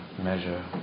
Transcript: measure